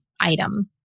item